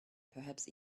perhaps